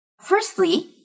firstly